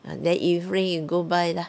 then evening you go buy lah